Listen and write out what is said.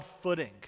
footing